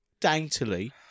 daintily